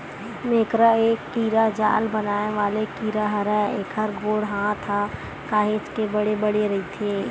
मेकरा ए कीरा जाल बनाय वाले कीरा हरय, एखर गोड़ हात ह काहेच के बड़े बड़े रहिथे